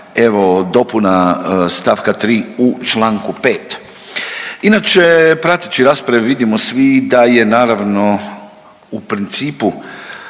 evo dopuna stavka 3. u članku 5. Inače, prateći rasprave vidimo svi da je naravno u principu